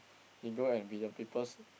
he go and be the peoples'